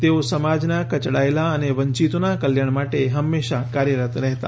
તેઓ સમાજનાં કચડાયેલાં અને વંચીતોનાં કલ્યાણ માટે હંમેશા કાર્યરત રહેતા